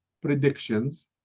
predictions